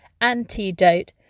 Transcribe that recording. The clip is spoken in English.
antidote